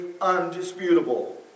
undisputable